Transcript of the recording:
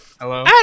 Hello